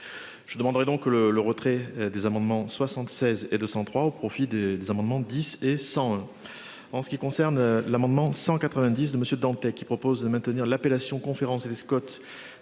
Je demanderai donc le le retrait des amendements 76 et deux 203 au profit des des amendements 10 et sans. En ce qui concerne l'amendement 190 de monsieur qui propose de maintenir l'appellation conférence et Scott